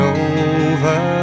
over